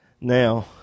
Now